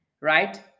right